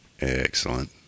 Excellent